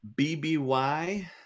BBY